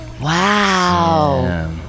wow